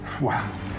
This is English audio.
Wow